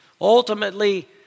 Ultimately